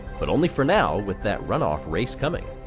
but only for now with that runoff race coming.